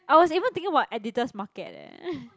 I was even thinking about Editor's Market leh